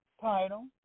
title